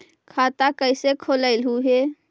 खाता कैसे खोलैलहू हे?